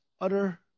utter